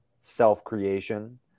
self-creation